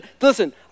Listen